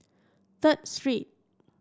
Third Street